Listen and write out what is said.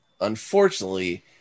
Unfortunately